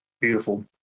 beautiful